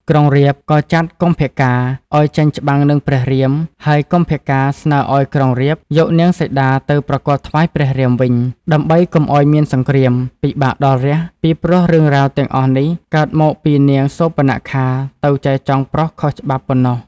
ក្រុរាពណ៍ក៏ចាត់កុម្ពកាណ៍ ឱ្យចេញច្បាំងនឹងព្រះរាមហើយកុម្ពកាណ៍ស្នើឱ្យក្រុងរាពណ៍ យកនាងសីតាទៅប្រគល់ថ្វាយព្រះរាមវិញ ដើម្បីកុំឱ្យមានសង្គ្រាមពិបាកដល់រាស្ត្រពីព្រោះរឿងរាវទាំងអស់នេះ កើតមកពីនាងសូរបនខាទៅចែចង់ប្រុសខុសច្បាប់ប៉ុណ្ណោះ។